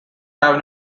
have